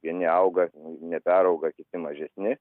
vieni auga neperauga kiti mažesni